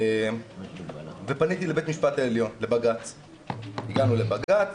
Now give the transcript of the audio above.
פניתי לבית המשפט העליון, הגענו לבג"צ,